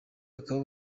bakaba